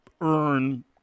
earn